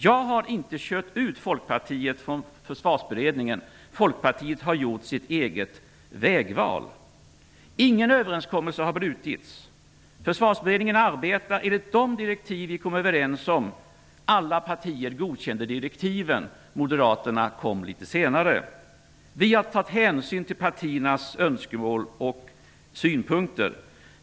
Jag har inte kört ut Folkpartiet från Försvarsberedningen. Folkpartiet har gjort sitt eget vägval. Ingen överenskommelse har brutits. Försvarsberedningen arbetar enligt de direktiv som vi kom överens om. Alla partier godkände direktiven - Moderaterna litet senare. Vi har tagit hänsyn till partiernas önskemål och synpunkter.